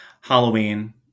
Halloween